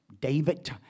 David